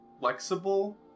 flexible